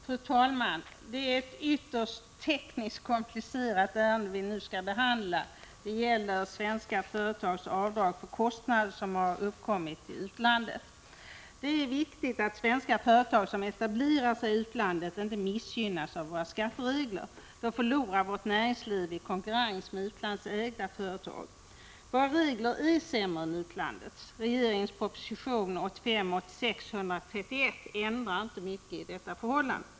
;:: ä 3 handlingen av kostna Fru talman! Det är ett tekniskt ytterst komplicerat ärende som vi nu skall Bemaviko stad uppkommit i utlandet. Det är viktigt att svenska företag som etablerar sig i utlandet inte missgynnas av våra skatteregler. Då förlorar vårt näringsliv i konkurrens med utlandsägda företag. Våra regler är dock sämre än utlandets. Regeringens proposition 1985/86:131 ändrar inte mycket i detta förhållande.